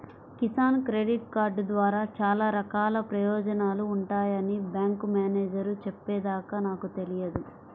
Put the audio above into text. Kisan credit card ద్వారా చాలా రకాల ప్రయోజనాలు ఉంటాయని బ్యాంకు మేనేజేరు చెప్పే దాకా నాకు తెలియదు